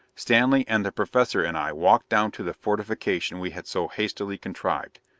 stanley and the professor and i walked down to the fortification we had so hastily contrived.